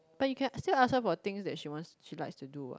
but you can still ask her for things she wants she likes to do what